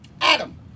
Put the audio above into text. Adam